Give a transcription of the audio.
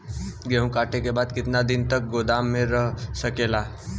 गेहूँ कांटे के बाद कितना दिन तक गोदाम में रह सकेला?